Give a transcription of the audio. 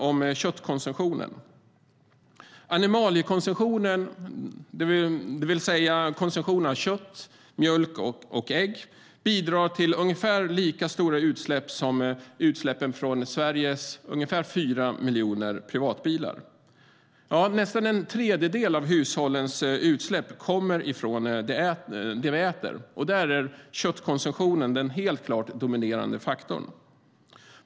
Animaliekonsumtionen, det vill säga konsumtionen av kött, mjölk och ägg, bidrar till ungefär lika stora utsläpp som Sveriges cirka fyra miljoner privatbilar. Nästan en tredjedel av hushållens utsläpp kommer från det vi äter, och här är köttkonsumtionen den dominerande faktorn.